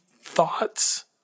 thoughts